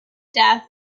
death